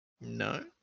No